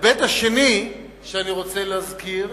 ההיבט השני שאני רוצה להזכיר,